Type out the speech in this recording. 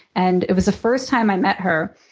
and it was the first time i met her.